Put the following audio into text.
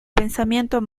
pensamiento